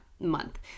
month